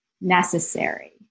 necessary